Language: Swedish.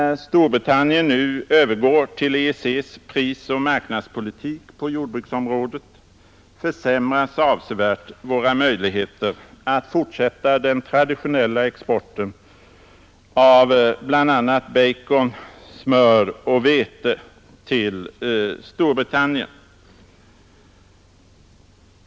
När Storbritannien nu övergår till EEC'ss prisoch marknadspolitik på jordbruksområdet, försämras avsevärt våra möjligheter att fortsätta den traditionella exporten av bl.a. bacon, smör och vete till Storbritannien.